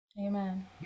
Amen